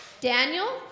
Daniel